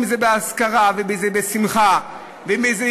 אם באזכרה,